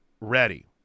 ready